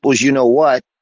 you-know-what